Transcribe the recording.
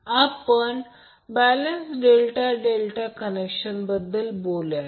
आता आपण balance ∆∆ connection बद्दल बोलूया